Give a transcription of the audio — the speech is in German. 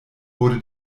wurde